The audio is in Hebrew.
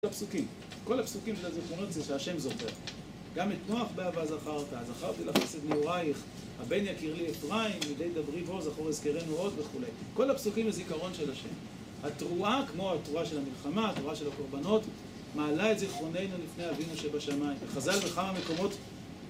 כל הפסוקים, כל הפסוקים של הזיכרונות זה שה' זוכר, גם את נוח באהבה זכר ואז "זכרתי לך חסד נעורייך", "הבן יקיר לי אפרים, מדי דברי בו זכור אזכרנו עוד" וכולי. כל הפסוקים הם זיכרון של ה'. התרועה, כמו התרועה של המלחמה, התרועה של הקורבנות, מעלה את זיכרוננו לפני אבינו שבשמיים וחז"ל בכמה מקומות